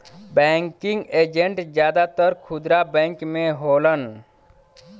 banking agent जादातर खुदरा bank में होलन